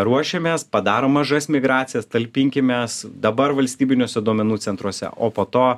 ruošiamės padaro mažas migracijas talpinkim mes dabar valstybiniuose duomenų centruose o po to